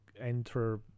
enter